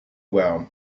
well